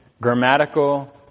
grammatical